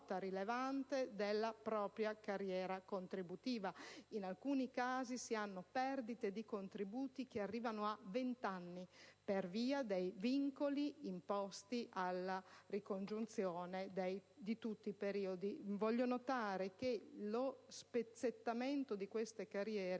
della propria carriera contributiva. In alcuni casi si hanno perdite di contributi che arrivano a 20 anni, per via dei vincoli imposti alla ricongiunzione di tutti i periodi. Sottolineo che in molti casi la parcellizzazione di queste carriere